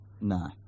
No